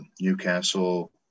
Newcastle